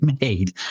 made